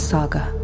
Saga